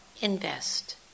invest